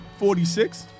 46